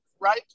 right